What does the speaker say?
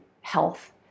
health